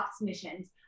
missions